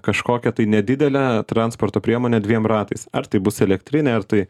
kažkokią tai nedidelę transporto priemonę dviem ratais ar tai bus elektrinė ar tai